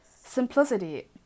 simplicity